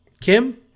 Kim